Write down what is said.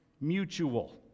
mutual